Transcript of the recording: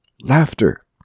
laughter